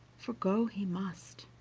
for go he must.